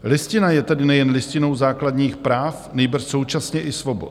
Listina je tedy nejen listinou základních práv, nýbrž současně i svobod.